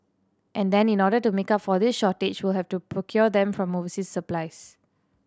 and then in order to make up for this shortage we'll have to procure them from overseas suppliers